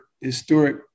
historic